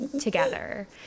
together